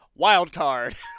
Wildcard